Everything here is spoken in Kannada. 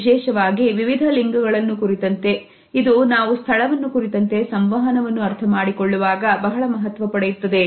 ವಿಶೇಷವಾಗಿ ವಿವಿಧ ಲಿಂಗಗಳನ್ನು ಕುರಿತಂತೆ ಇದು ನಾವು ಸ್ಥಳವನ್ನು ಕುರಿತಂತೆ ಸಂವಹನವನ್ನು ಅರ್ಥಮಾಡಿಕೊಳ್ಳುವಾಗ ಬಹಳ ಮಹತ್ವ ಪಡೆಯುತ್ತದೆ